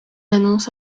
annonce